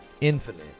Infinite